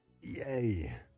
Yay